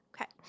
Okay